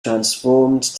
transformed